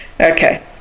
Okay